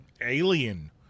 alien